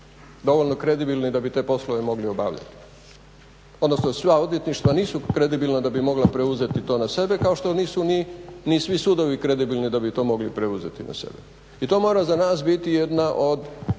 dovoljno kredibilni da bi te poslove mogli obavljati, odnosno sva odvjetništva nisu kredibilna da bi mogla preuzeti to na sebe kao što nisu ni svi sudovi kredibilni da bi to mogli preuzeti na sebe. I to mora za nas biti jedna od